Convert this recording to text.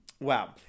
Wow